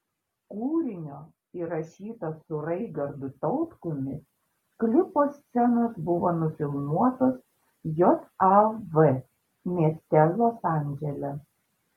kūrinio įrašyto su raigardu tautkumi klipo scenos buvo nufilmuotos jav mieste los andžele